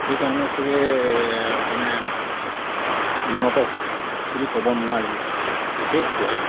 সেইকাৰণে ছাগৈ মানে উন্নত বুলি ক'ব নোৱাৰি বিশেষকৈ